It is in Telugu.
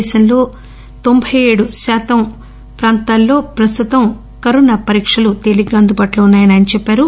దేశంలో తొంబై ఏడు శాతం ప్రాంతాల్లో ప్రస్తుతం కరోనా పరీక్షలకు తేలికగా అందుబాటులో ఉన్నాయని ఆయన చెప్పారు